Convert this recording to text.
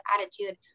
attitude